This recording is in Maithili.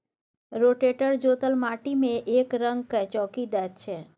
रोटेटर जोतल माटि मे एकरंग कए चौकी दैत छै